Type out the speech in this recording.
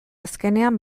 azkenean